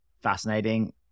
Fascinating